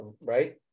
right